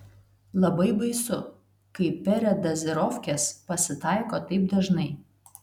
labai baisu kai peredazirofkės pasitaiko taip dažnai